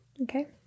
okay